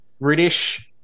British